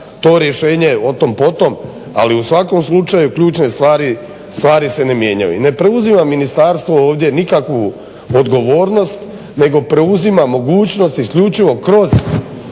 to rješenje otom potom. Ali u svakom slučaju ključne stvari se ne mijenjaju i ne preuzima ministarstvo ovdje nikakvu odgovornost nego preuzima mogućnost isključivo kroz